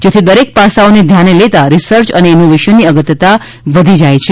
જેથી દરેક પાસાઓને ધ્યાને લેતાં રિસર્ચ અને ઇનોવેશનની અગત્યતા વધી જાય છે